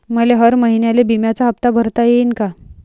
मले हर महिन्याले बिम्याचा हप्ता भरता येईन का?